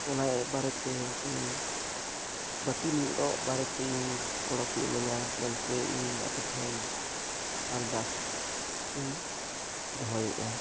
ᱚᱱᱟ ᱵᱟᱨᱮᱛᱮ ᱤᱧ ᱵᱟᱹᱛᱤᱞᱚᱜ ᱵᱟᱨᱮᱛᱮ ᱤᱧ ᱜᱚᱲᱚᱯᱮ ᱤᱢᱟᱹᱧᱟ ᱢᱮᱱᱛᱮ ᱤᱧ ᱟᱯᱮ ᱴᱷᱮᱱ ᱟᱨᱫᱟᱥ ᱤᱧ ᱫᱚᱦᱚᱭᱮᱫᱼᱟ